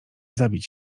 zabić